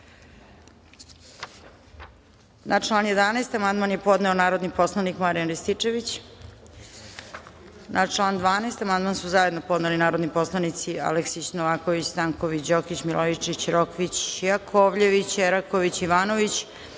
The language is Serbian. član 11. amandma1n je podneo narodni poslanik Marijan Rističević. Na član 12. amandman su zajedno podneli narodni poslanici Aleksić, Novaković, Stanković, Đokić, Milojičić, Rokvić, Jakovljević, Eraković, Ivanović,